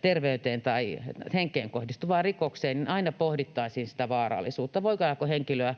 terveyteen tai henkeen kohdistuvaan rikokseen, niin aina pohdittaisiin sitä vaarallisuutta: voidaanko henkilöä,